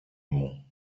μου